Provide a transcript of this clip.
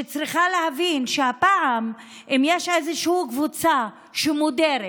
שצריכה להבין שהפעם אם יש איזושהי קבוצה שמודרת,